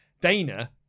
Dana